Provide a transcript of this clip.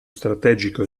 strategico